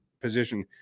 position